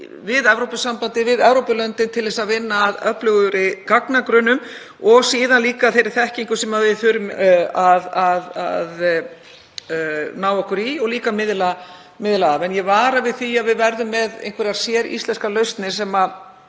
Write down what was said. við Evrópusambandið, við Evrópulöndin, til að vinna að öflugri gagnagrunnum og líka þeirri þekkingu sem við þurfum að ná okkur í og geta miðlað af. En ég vara við því að við verðum með einhverjar séríslenskar lausnir sem